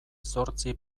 zortzi